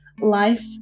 Life